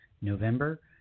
November